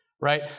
Right